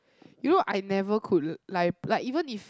you know I never could l~ lie like even if